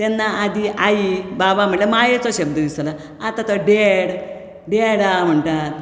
तेन्ना आदीं आई बाबा म्हटल्यार मायेचो शब्द दिसतालो आता तो डॅड डॅडा म्हणटा